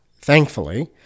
thankfully